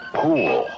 pool